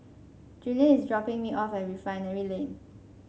Julianne is dropping me off at Refinery Lane